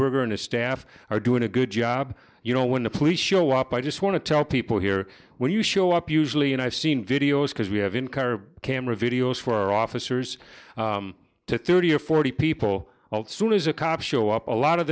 erger and his staff are doing a good job you know when the police show up i just want to tell people here when you show up usually and i've seen videos because we have in car camera videos for officers to thirty or forty people well soon as a cop show up a lot of